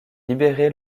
libérée